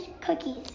cookies